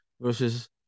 versus